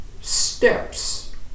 steps